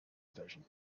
station